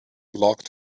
blocked